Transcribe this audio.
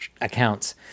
accounts